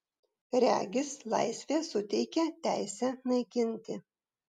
regis laisvė suteikia teisę naikinti